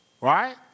Right